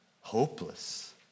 hopeless